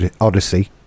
odyssey